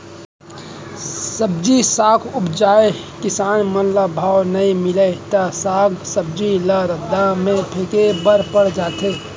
सब्जी साग उपजइया किसान मन ल भाव नइ मिलय त साग सब्जी ल रद्दा म फेंके बर पर जाथे